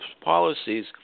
policies